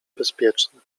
bezpieczny